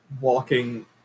walking